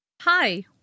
Hi